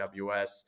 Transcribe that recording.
AWS